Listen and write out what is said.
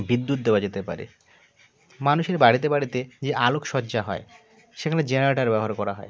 বিদ্যুৎ দেওয়া যেতে পারে মানুষের বাড়িতে বাড়িতে যে আলোকসজ্জা হয় সেখানে জেনারেটর ব্যবহার করা হয়